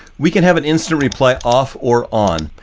we can have an instant reply off or on.